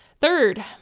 Third